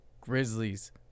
Grizzlies